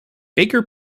baker